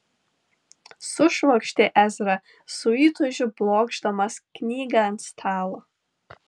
sušvokštė ezra su įtūžiu blokšdamas knygą ant stalo